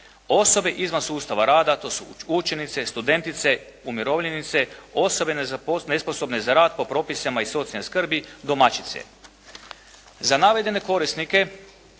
osobe izvan sustava rada, to su učenice, studentice, umirovljenice, osobe nesposobne za rad po propisima iz socijalne skrbi, domaćice. Za navedene korisnike